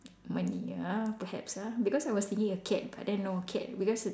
money ya perhaps ah because I was thinking of cat but then no cat because it